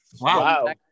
Wow